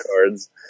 cards